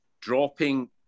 dropping